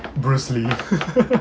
bruce lee